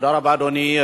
תודה רבה, אדוני.